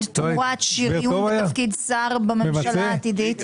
תמורת שריון בתפקיד שר בממשלה העתידית?